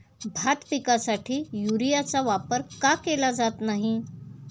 भात पिकासाठी युरियाचा वापर का केला जात नाही?